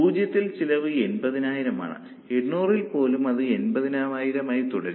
0 ത്തിൽ ചെലവ് 80000 ആണ് 800 ൽ പോലും അത് 80000 ആയി തുടരും